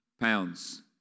pounds